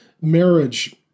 marriage